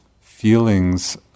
feelings